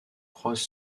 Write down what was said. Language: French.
croise